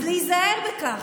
אז להיזהר בכך.